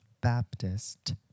Baptist